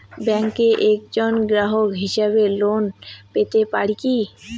ব্যাংকের একজন গ্রাহক হিসাবে লোন পেতে পারি কি?